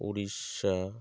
Orissa